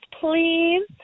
please